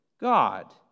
God